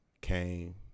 came